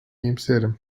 iyimserim